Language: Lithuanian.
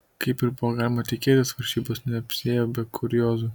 kaip ir buvo galima tikėtis varžybos neapsiėjo be kuriozų